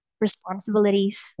responsibilities